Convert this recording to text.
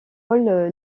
paul